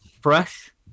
Fresh